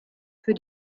für